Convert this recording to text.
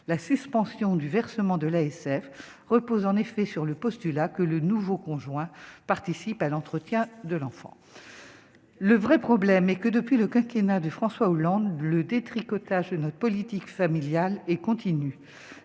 la suspension du versement de l'ASF repose en effet sur le postulat que le nouveau conjoint participent à l'entretien de l'enfant, le vrai problème est que depuis le quinquennat de François Hollande, le détricotage de notre politique familiale et continue